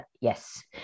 yes